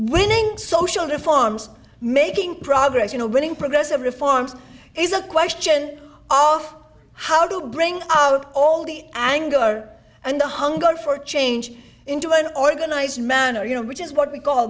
winning social reforms making progress you know bringing progressive reforms is a question of how to bring out all the anger and the hunger for change into an organized manner you know which is what we call